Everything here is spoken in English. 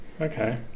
Okay